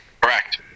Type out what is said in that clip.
Correct